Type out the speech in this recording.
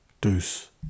deuce